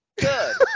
Good